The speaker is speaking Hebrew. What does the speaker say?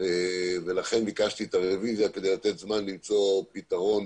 לכן ביקשתי את הרביזיה כדי לתת זמן למצוא פתרון